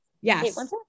Yes